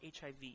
HIV